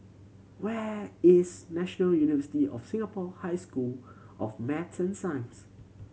where is National University of Singapore High School of Math and Science